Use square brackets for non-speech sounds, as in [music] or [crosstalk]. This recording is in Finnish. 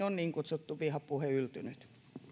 [unintelligible] on niin kutsuttu vihapuhe yltynyt